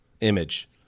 image